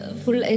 full